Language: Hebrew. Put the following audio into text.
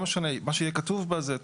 מה שיהיה כתוב בה זה,